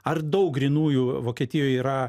ar daug grynųjų vokietijoj yra